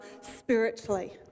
spiritually